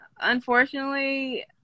unfortunately